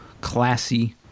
classy